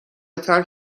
ترک